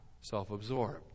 self-absorbed